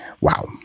Wow